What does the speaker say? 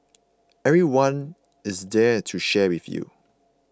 everyone is there to share with you